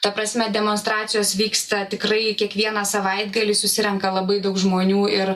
ta prasme demonstracijos vyksta tikrai kiekvieną savaitgalį susirenka labai daug žmonių ir